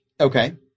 Okay